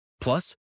Plus